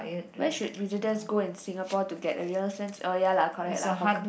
where should visitors go in Singapore to get a real sense oh ya lah correct lah hawker